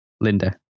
Linda